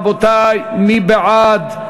רבותי, מי בעד?